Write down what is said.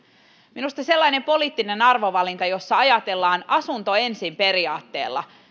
minusta sellainen poliittinen arvovalinta jossa ajatellaan asunto ensin periaatteella